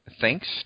thanks